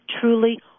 truly